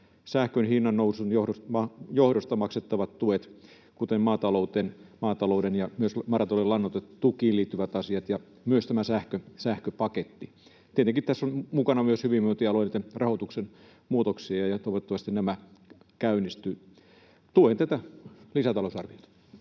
sähkön hinnannousun johdosta maksettavat tuet, kuten maatalouteen ja myös lannoitetukiin liittyvät asiat ja myös tämä sähköpaketti. Tietenkin tässä on mukana myös hyvinvointialueitten rahoituksen muutoksia, ja toivottavasti nämä käynnistyvät. Tuen tätä lisätalousarviota.